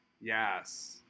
yes